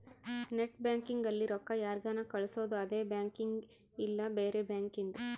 net banking ಅಲ್ಲಿ ರೊಕ್ಕ ಯಾರ್ಗನ ಕಳ್ಸೊದು ಅದೆ ಬ್ಯಾಂಕಿಂದ್ ಇಲ್ಲ ಬ್ಯಾರೆ ಬ್ಯಾಂಕಿಂದ್